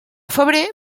febrer